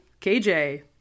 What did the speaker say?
kj